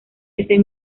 ese